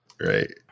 Right